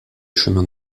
chemins